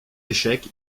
échec